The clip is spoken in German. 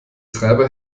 treiber